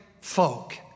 folk